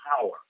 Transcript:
power